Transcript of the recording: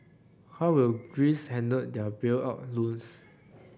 how will Greece handle their bailout loans